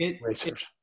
racers